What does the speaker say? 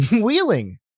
wheeling